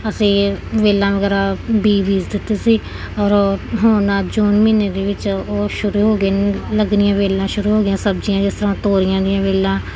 ਅਸੀਂ ਵੇਲ੍ਹਾਂ ਵਗੈਰਾ ਬੀਜ ਬੀਜ ਦਿੱਤੇ ਸੀ ਔਰ ਉਹਨਾਂ ਜੂਨ ਮਹੀਨੇ ਦੇ ਵਿੱਚ ਉਹ ਸ਼ੁਰੂ ਹੋ ਗਏ ਲੱਗਣੀਆਂ ਵੇਲ੍ਹਾਂ ਸ਼ੁਰੂ ਹੋ ਗਈਆਂ ਸਬਜ਼ੀਆਂ ਜਿਸ ਤਰ੍ਹਾਂ ਤੋਰੀਆਂ ਦੀਆਂ ਵੇਲ੍ਹਾਂ